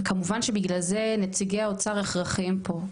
וכמובן שבגלל זה נציגי האוצר הכרחיים פה,